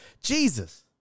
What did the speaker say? Jesus